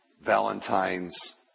Valentine's